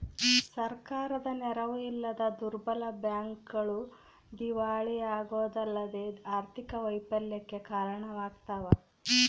ಸರ್ಕಾರದ ನೆರವು ಇಲ್ಲದ ದುರ್ಬಲ ಬ್ಯಾಂಕ್ಗಳು ದಿವಾಳಿಯಾಗೋದಲ್ಲದೆ ಆರ್ಥಿಕ ವೈಫಲ್ಯಕ್ಕೆ ಕಾರಣವಾಗ್ತವ